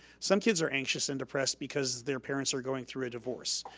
some kids are anxious and depressed because their parents are going through a divorce,